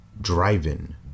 driving